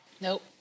Nope